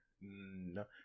No